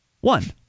One